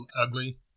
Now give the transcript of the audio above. Ugly